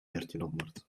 dertienhonderd